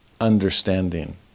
understanding